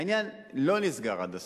העניין לא נסגר עד הסוף.